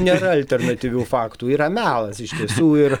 nėra alternatyvių faktų yra melas iš tiesų ir